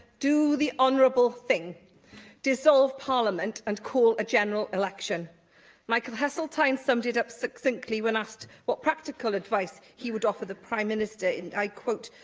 do the honourable thing dissolve parliament and call a general election michael heseltine summed it up succinctly when asked what practical advice he would offer the prime minister, and i quote,